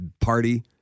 party